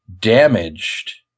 damaged